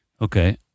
Okay